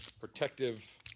protective